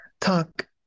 talk